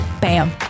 Bam